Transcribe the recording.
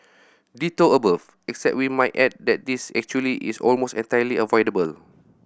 ditto above except we might add that this actually is almost entirely avoidable